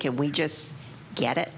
can we just get it